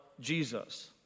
Jesus